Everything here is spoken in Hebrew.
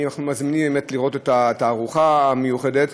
אנחנו מזמינים לראות את התערוכה המיוחדת,